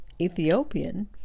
Ethiopian